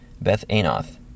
Beth-Anoth